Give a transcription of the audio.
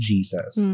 Jesus